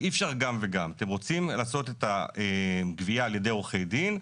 אי אפשר גם וגם אתם רוצים לעשות גבייה על ידי עורכי דין?